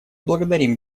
благодарим